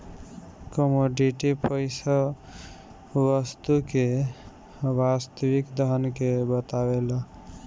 commodity पईसा वस्तु के वास्तविक धन के बतावेला